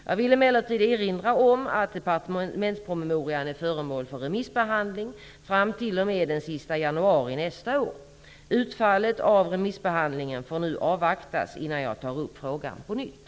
Jag vill emellertid erinra om att departementspromemorian är föremål för remissbehandling fram t.o.m. den sista januari nästa år. Utfallet av remissbehandlingen får nu avvaktas innan jag tar upp frågan på nytt.